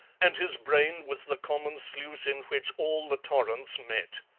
and his brain was the common sluice in which all the torrents met.